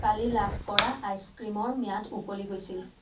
কালি লাভ কৰা আইচক্ৰীমৰ ম্যাদ উকলি গৈছিল